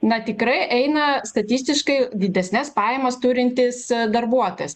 na tikrai eina statistiškai didesnes pajamas turintis darbuotojas